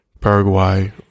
Paraguay